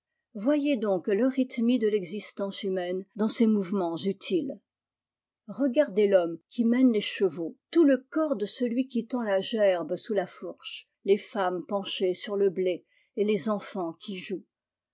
voyez donc l'eurythmie de l'exisce humaine dans ses miouvements utiles regardez rhomme qui mène les chevaux tout le corps de celui qui tend la gerbe sur la fourche les femmes penchées sur le blé et les enfants qui jouent